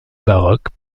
baroque